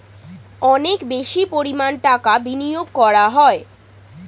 অনেক বেশি পরিমাণ টাকা বিনিয়োগ করা হয়